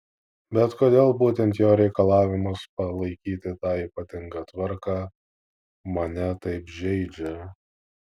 bet kodėl būtent jo reikalavimas palaikyti tą ypatingą tvarką mane taip žeidžia